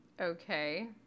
Okay